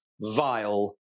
vile